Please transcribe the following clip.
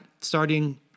starting